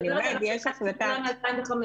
אני מדברת על החלטה שהתקבלה ב-2005.